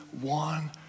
one